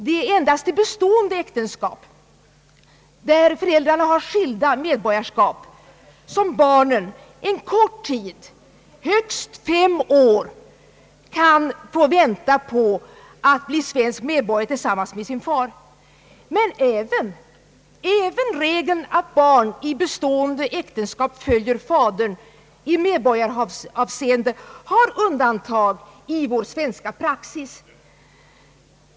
Det är endast i bestående äktenskap, där för äldrarna har skilda medborgarskap, som barnet en kort tid — högst fem år som jag sade nyss — kan få vänta på att bli svensk medborgare tillsammans med sin far. Även regeln att barn i bestående äktenskap följer fadern i medborgaravseende har undantag i vår svenska praxis.